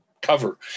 cover